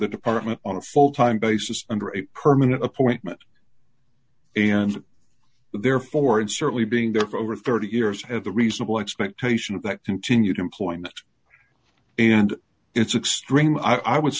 the department on a full time basis under a permanent appointment and therefore and certainly being there for over thirty years have a reasonable expectation of that continued employment and it's extreme i would s